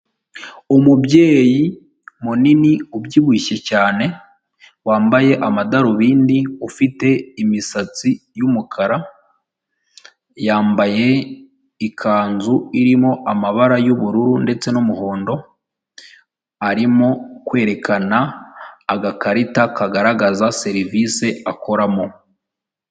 Umubyeyi munini ubyibushye cyane, wambaye amadarubindi ufite imisatsi y'umukara, yambaye ikanzu irimo amabara y'ubururu ndetse n'umuhondo arimo kwerekana agakarita kagaragaza serivisi akoramo.